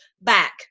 back